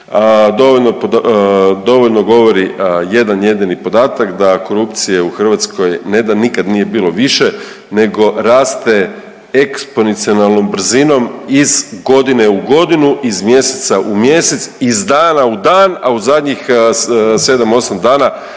dovoljno govori jedan jedini podatak da korupcije u Hrvatskoj, ne da nikad nije bilo više, nego raste eksponencijalnom brzinom iz godine u godinu, iz mjeseca u mjesec, iz dana u dan, a u zadnjih 7, 8 dana